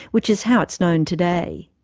which is how it's known today.